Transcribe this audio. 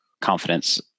confidence